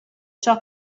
ciò